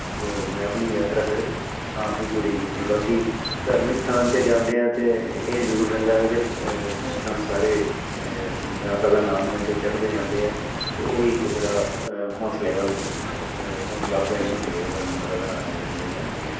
ਤਾਂ ਮੈਂ ਆਪਣੀ ਯਾਤਰਾ ਫਿਰ ਆਪ ਹੀ ਪੂਰੀ ਕੀਤੀ ਬਾਕੀ ਧਾਰਮਿਕ ਸਥਾਨ 'ਤੇ ਜਾਂਦੇ ਆ ਤਾਂ ਇਹ ਜ਼ਰੂਰ ਰਹਿੰਦਾ ਵਾ ਕਿ ਜਿਸ ਤਰ੍ਹਾਂ ਹੁਣ ਸਾਰੇ ਮਾਤਾ ਦਾ ਨਾਮ ਲੈਂਦੇ ਚੜਦੇ ਜਾਂਦੇ ਹੈ ਅਤੇ ਉਹ ਵੀ ਇੱਕ ਬੜਾ ਹੌਸਲੇ ਵੱਲ ਹੌਸਲਾ ਅਫਜਾਈ ਹੁੰਦੀ ਆ ਜਦੋਂ ਮਾਤਾ ਦਾ ਨਾਂ ਲੈਂਦੇ ਲੈਂਦੇ ਜਾਂਦੇ ਹਾਂ